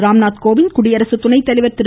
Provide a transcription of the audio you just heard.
ராம்நாத் கோவிந்த் குடியரசு துணைத்தலைவர் திரு